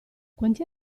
quanti